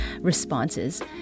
responses